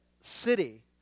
city